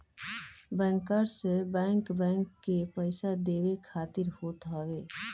bankers bank, bank के पईसा देवे खातिर होत हवे